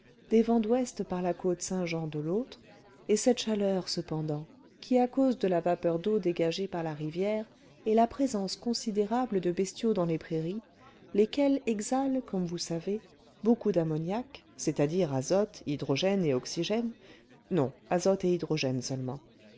des vents d'ouest par la côte saint-jean de l'autre et cette chaleur cependant qui à cause de la vapeur d'eau dégagée par la rivière et la présence considérable de bestiaux dans les prairies lesquels exhalent comme vous savez beaucoup d'ammoniaque c'est-à-dire azote hydrogène et oxygène